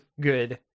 good